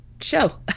show